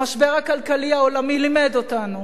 המשבר הכלכלי העולמי לימד אותנו